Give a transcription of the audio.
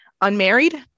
unmarried